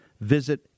Visit